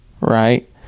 right